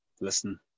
listen